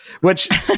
which-